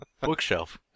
bookshelf